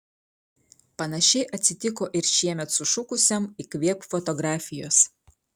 panašiai atsitiko ir šiemet sušukusiam įkvėpk fotografijos